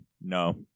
no